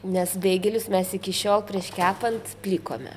nes beigelius mes iki šiol prieš kepant plikome